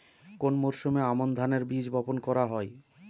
কোন মরশুমে আমন ধানের বীজ বপন করা হয়?